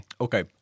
Okay